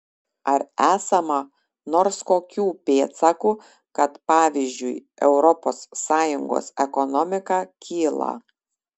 ar esama nors kokių pėdsakų kad pavyzdžiui europos sąjungos ekonomika kyla